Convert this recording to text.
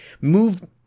move